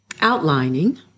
outlining